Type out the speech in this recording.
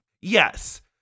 Yes